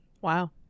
Wow